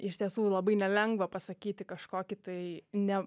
iš tiesų labai nelengva pasakyti kažkokį tai ne